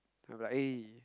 I'll be like eh